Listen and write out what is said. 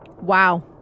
Wow